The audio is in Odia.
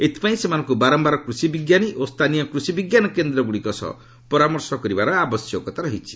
ଏଥିପାଇଁ ସେମାନଙ୍କୁ ବାରମ୍ଭାର କୃଷି ବିଜ୍ଞାନୀ ଓ ସ୍ଥାନୀୟ କୃଷିବିଜ୍ଞାନ କେନ୍ଦ୍ରଗୁଡ଼ିକ ସହ ପରାମର୍ଶ କରିବାର ଆବଶ୍ୟକତା ରହିଛି